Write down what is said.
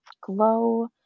Glow